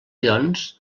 doncs